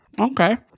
okay